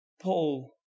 paul